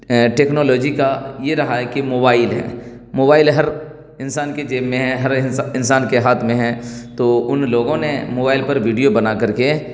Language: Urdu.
ٹیکنالوجی کا یہ رہا ہے کہ موبائل ہیں موبائل ہر انسان کی جیب میں ہیں ہر انسان کے ہاتھ میں ہے تو ان لوگوں نے موبائل پر ویڈیو بنا کر کے